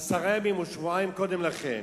עשרה ימים או שבועיים קודם לכן.